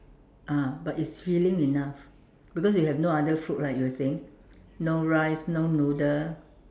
ah but it's healing enough because we have no other food right you were saying no rice no noodle